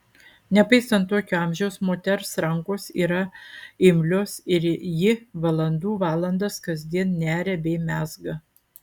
nepaisant tokio amžiaus moters rankos yra imlios ir ji valandų valandas kasdien neria bei mezga